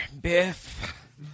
Biff